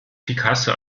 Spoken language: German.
picasso